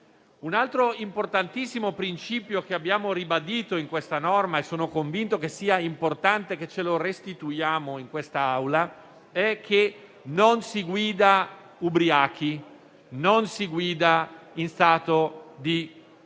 Un altro importantissimo principio, che abbiamo ribadito in questa norma e sono convinto che sia importante restituire in questa Aula, è che non si guida ubriachi, che non si guida in stato di